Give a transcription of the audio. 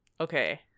Okay